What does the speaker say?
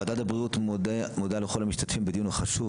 וועדת הבריאות מודה לכל המשתתפים בדיון החשוב